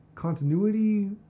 Continuity